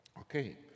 Okay